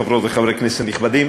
חברות וחברי כנסת נכבדים,